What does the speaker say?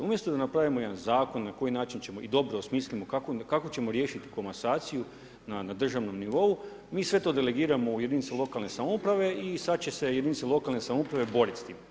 Umjesto da napravimo jedan zakon na koji ćemo i dobro osmislimo kako ćemo riješiti komasaciju na državnom nivou, mi sve to delegiramo u jedinice lokalne samouprave i sad će se jedinice lokalne samouprave borit s tim.